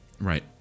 Right